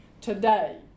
today